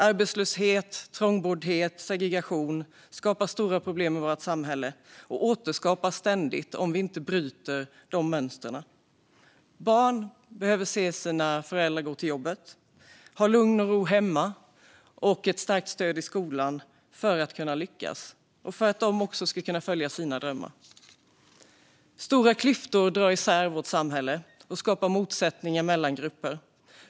Arbetslöshet, trångboddhet och segregation skapar stora problem i vårt samhälle och återskapas ständigt om vi inte bryter dessa mönster. Barn behöver se sina föräldrar gå till jobbet, ha lugn och ro hemma och få bra stöd i skolan för att lyckas och kunna följa sina drömmar. Stora klyftor drar isär vårt samhälle och skapar motsättningar mellan grupper.